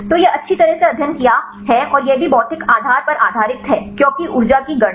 तो यह अच्छी तरह से अध्ययन किया है और यह भी भौतिक आधार पर आधारित है क्योंकि ऊर्जा की गणना